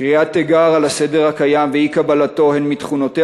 קריאת תיגר על הסדר הקיים ואי-קבלתו הן מתכונותיה